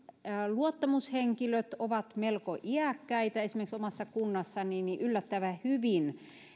luottamushenkilöt ovat melko iäkkäitä esimerkiksi omassa kunnassani niin yllättävän hyvin